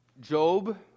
Job